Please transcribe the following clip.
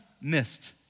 missed